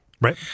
Right